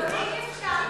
סעיף 1,